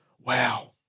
Wow